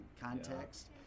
context